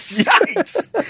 Yikes